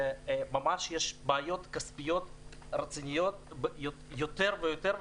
שיש בעיות כספיות ארציות יותר ויותר.